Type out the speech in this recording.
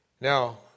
Now